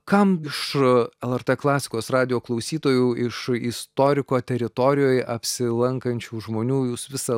kam iš lrt klasikos radijo klausytojų iš istoriko teritorijoj apsilankančių žmonių jūs visa